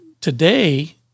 today